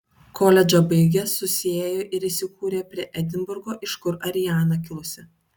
koledžą baigę susiėjo ir įsikūrė prie edinburgo iš kur ariana kilusi